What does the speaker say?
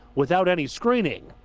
without any screening.